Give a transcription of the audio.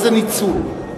איזה ניצול?